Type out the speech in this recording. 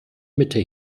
mitte